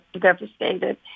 devastated